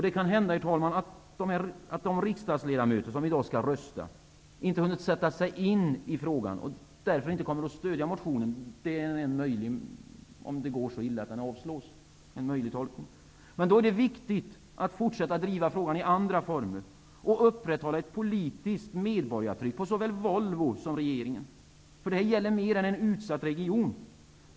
Det kan hända, herr talman, att de riksdagsledamöter som i dag skall rösta inte hunnit sätta sig in i frågan och därför inte kommer att stödja motionen. Det är en möjlig tolkning, om det går så illa att den avslås. Det är då viktigt att fortsätta att driva frågan i andra former och upprätthålla ett politiskt medborgartryck på såväl Volvo som regeringen. Det här gäller mer än en utsatt region.